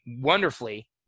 wonderfully